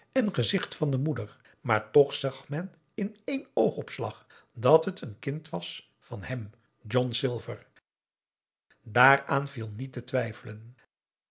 en gezicht van de moeder maar toch zag men in één oogopslag dat het n kind was van hem john silver daaraan viel niet te twijfelen